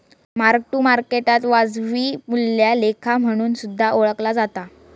mark to मार्केटाक वाजवी मूल्या लेखा म्हणून सुद्धा ओळखला जाता